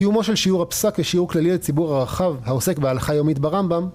קיומו של שיעור הפסק כשיעור כללי לציבור הרחב העוסק בהלכה יומית ברמב״ם,